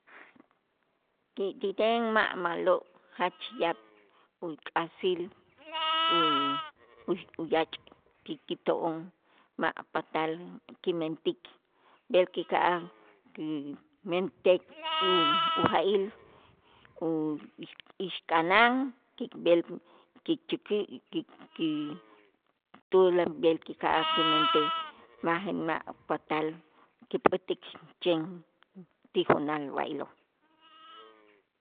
ki' ti ten ma' ma'lo' jach yaab' uk'asil u- uyach' ki- kito'on ma' patal kimentik b'el kika'aj kimentej y u- uja'il u ixk'anan kib'el kichäkä' ki- ki tula b'el kika'aj kimentej ma' patal kipät'ik chen tijunal b'aylo'.